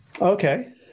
Okay